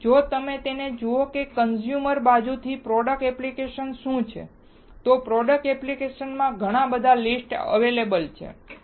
તેથી જો તમે તેને જુઓ કે કન્ઝ્યુમર બાજુથી પ્રોડક્ટ એપ્લિકેશન શું છે તો પ્રોડક્ટ એપ્લિકેશનોના ઘણા લિસ્ટ છે